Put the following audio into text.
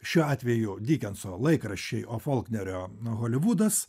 šiuo atveju dikenso laikraščiai o folknerio holivudas